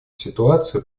ситуацию